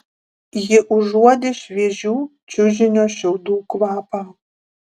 ji užuodė šviežių čiužinio šiaudų kvapą